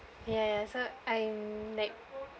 ya ya so I'm like